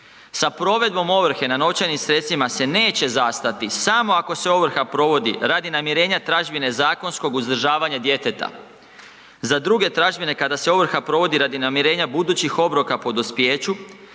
Sa provedbom ovrhe na novčanim sredstvima se neće zastati samo ako se ovrha provodi radi namirenja tražbine zakonskog uzdržavanja djeteta. Za druge tražbine kako se ovrha provodi radi namirenja budućih obroka po dospijeću,